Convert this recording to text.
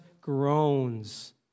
groans